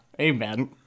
amen